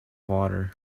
water